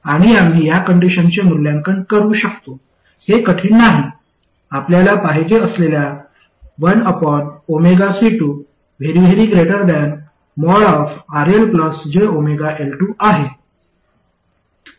आणि आम्ही या कंडिशनचे मूल्यांकन करू शकतो हे कठीण नाही आपल्याला पाहिजे असलेले 1C2।RLjωL2। आहे